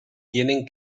tienen